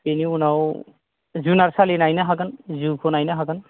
बेनि उनाव जुनारसालि नायनो हागोन जु खौ नायनो हागोन